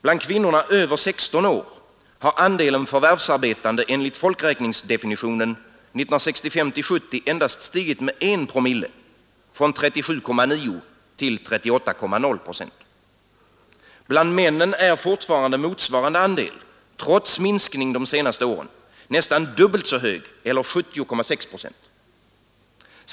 Bland kvinnorna över 16 år har andelen förvärvsarbetande enligt folkräkningsdefinitionen 1965—1970 endast stigit med 1 promille, från 37,9 till 38,0 procent. Bland männen är fortfarande motsvarande andel, trots minskning de senaste åren, nästan dubbelt så hög, eller 70,6 procent.